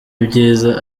ibyiza